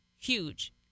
huge